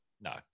No